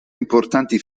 importanti